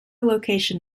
location